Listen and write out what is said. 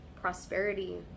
prosperity